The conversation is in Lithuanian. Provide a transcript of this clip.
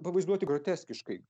pavaizduoti groteskiškai